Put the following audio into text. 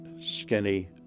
skinny